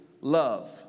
love